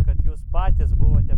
kad jūs patys buvote